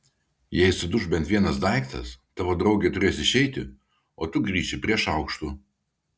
jei suduš bent vienas daiktas tavo draugė turės išeiti o tu grįši prie šaukštų